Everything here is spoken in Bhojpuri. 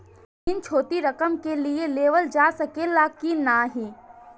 ऋण छोटी रकम के लिए लेवल जा सकेला की नाहीं?